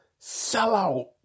sellout